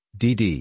dd